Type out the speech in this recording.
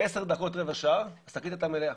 עשר דקות, רבע שעה, השקית הייתה מלאה.